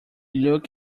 look